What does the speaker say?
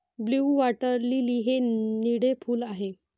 blue water lily हे निळे फूल आहे